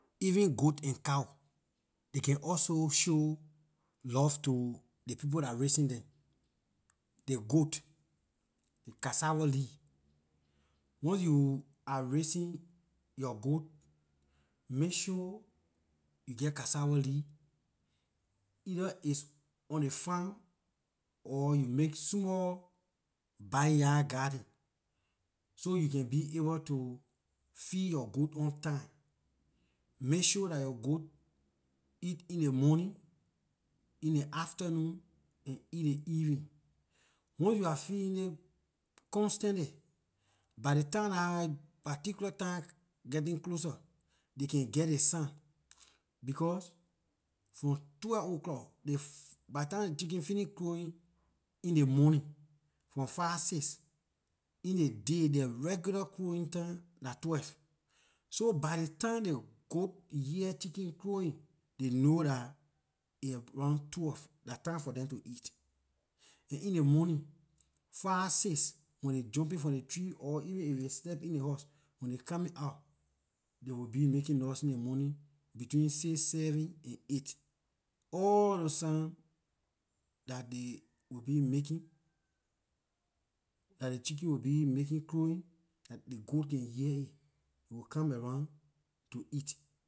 Even goat and cow, dey can also show love to ley people dah raising them. The goat, the cassava leaf, once you are raising yor goat, make sure you geh cassava leaves, either it's on ley farm or you make small backyard garden so you can be able to feed yor goat on time. Make sure dah yor goat eat in ley morning, in ley afternoon and in ley evening. Once you are feeding it constantly, by ley time dah particular time getting closer they can geh ley sign, because from twelve o clock ley fir by ley time ley chicken finish crowing in ley morning from five six, in ley day their regular crowing time dah twelve. So by ley time ley goat hear chicken crowing, they know dah aay around twelve, dah time for them to eat and in ley morning five six when they jumping from ley tree or even if they slept in ley house, when they coming out, they will be making in ley morning between six seven and eight. All those sounds dah they will be making, dah ley chicken will be making crowing ley goat can hear it, they will come around to eat